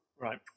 Right